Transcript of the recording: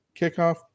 kickoff